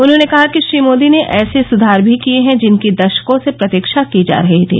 उन्होंने कहा कि श्री मोदी ने एसे सुधार भी किए हैं जिनकी दशकों से प्रतीक्षा की जा रही थी